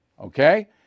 Okay